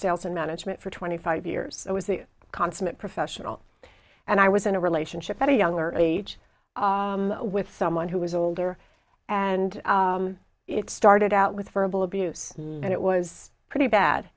sales and management for twenty five years i was the consummate professional and i was in a relationship at a younger age with someone who was older and it started out with verbal abuse and it was pretty bad